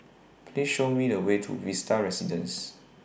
Please Show Me The Way to Vista Residences